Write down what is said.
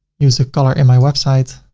use a color in my website.